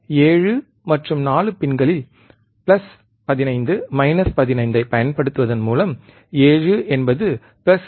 7 மற்றும் 4 பின்களில் plus 15 minus 15 ஐப் பயன்படுத்துவதன் மூலம் 7 என்பது வி